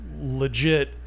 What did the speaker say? legit